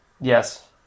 yes